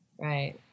Right